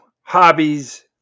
hobbies